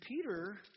Peter